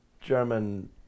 German